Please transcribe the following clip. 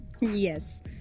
Yes